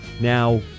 Now